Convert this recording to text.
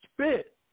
spit